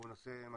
זה נושא משמעותי,